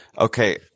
okay